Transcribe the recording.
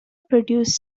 produced